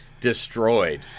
Destroyed